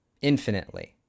infinitely